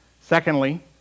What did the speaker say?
Secondly